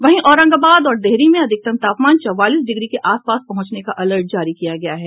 वहीं औरंगाबाद और डेहरी में अधिकतम तापमान चौवालीस डिग्री के आस पास पहुंचने का अलर्ट जारी किया गया है